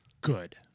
Good